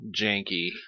janky